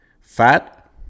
fat